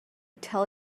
tell